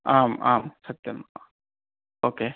आम् आं सत्यम् ओके